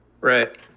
right